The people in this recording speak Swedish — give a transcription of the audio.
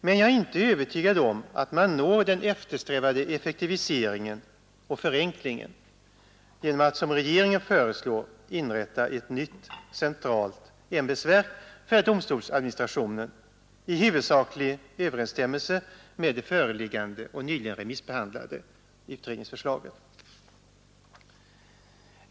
Men jag är inte övertygad om att man når den eftersträvade effektiviseringen och förenklingen genom att som regeringen föreslår inrätta ett nytt centralt ämbetsverk för domstolsadministrationen i huvudsaklig överensstämmelse med det föreliggande och nyligen remissbehandlade utredningsförslaget.